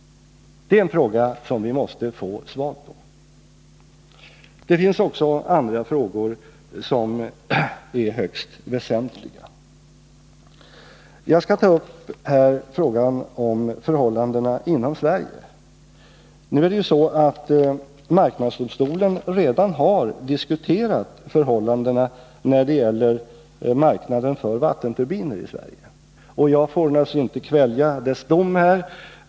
Det är en fråga som vi måste få svar på. Det finns också andra frågor som är högst väsentliga. Jag skall här ta upp frågan om förhållandena inom Sverige. Marknadsdomstolen har redan diskuterat förhållandena när det gäller marknaden för vattenturbiner i Sverige. Jag får naturligtvis inte kvälja dom här.